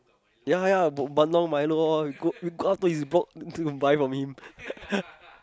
ya ya got bandung Milo all you go you go outdoor you walk you buy from him